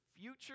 future